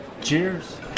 Cheers